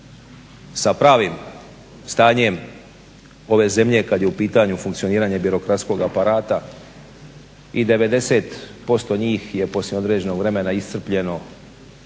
sa pravim stanjem ove zemlje kada je u pitanju funkcioniranje birokratskog aparata. I 90% njih je poslije određenog vremena iscrpljeno